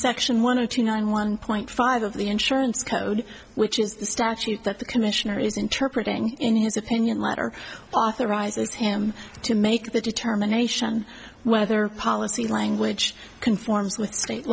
section one of two nine one point five of the insurance code which is the statute that the commissioner is interpreted in his opinion letter authorizes him to make the determination whether policy language conform